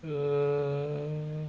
err